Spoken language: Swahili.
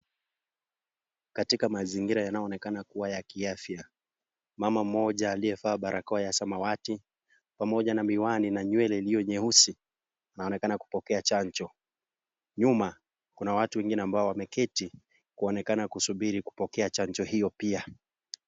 Katika mazingira yanayoonekana kuwa ya kiafya . Mama mmoja aliyevaa barakoa ya samawati pamoja na miwani na nywele iliyo nyeusi, anaonekana kupokea chanjo. Nyuma kuna watu wengine ambao wameketi kuonekana kusubiri kupokea chanjo hiyo pia.